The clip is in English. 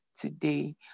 today